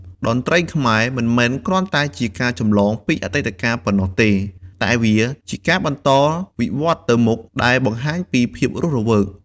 តន្ត្រីខ្មែរមិនមែនគ្រាន់តែជាការចម្លងពីអតីតកាលប៉ុណ្ណោះទេ តែវាជាការបន្តវិវឌ្ឍន៍ទៅមុខ ដែលបង្ហាញពីភាពរស់រវើក។